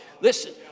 Listen